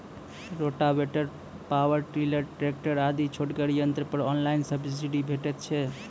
Rotavator, power tiller, tractor आदि छोटगर यंत्र पर ऑनलाइन सब्सिडी भेटैत छै?